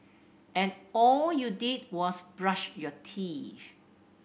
and all you did was brush your teeth